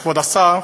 כבוד השר,